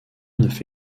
neuf